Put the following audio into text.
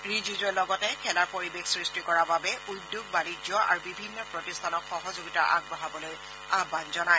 ৰিজিজুৱে লগতে খেলাৰ পৰিৱেশ সৃষ্টি কৰাৰ বাবে উদ্যোগ বাণিজ্য আৰু বিভিন্ন প্ৰতিষ্ঠানক সহযোগিতা আগবঢ়াবলৈ আহান জনায়